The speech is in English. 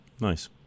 Nice